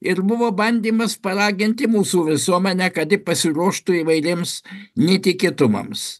ir buvo bandymas paraginti mūsų visuomenę kad ji pasiruoštų įvairiems netikėtumams